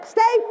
Stay